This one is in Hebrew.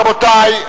רבותי,